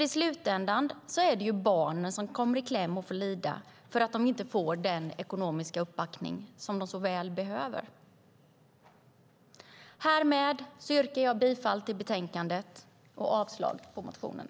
I slutändan är det barnen som kommer i kläm och får lida för att de inte får den ekonomiska uppbackning som de så väl behöver. Härmed yrkar jag bifall till utskottets förslag i betänkandet och avslag på motionerna.